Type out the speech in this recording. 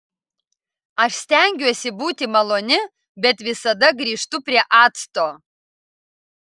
aš stengiuosi būti maloni bet visada grįžtu prie acto